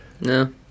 no